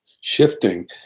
shifting